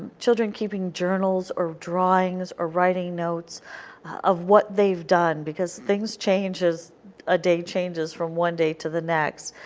children keeping journals or drawings or writing notes of what they have done because things change a day changes from one day to the next.